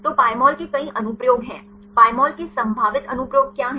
तो Pymol के कई अनुप्रयोग हैं Pymol के संभावित अनुप्रयोग क्या हैं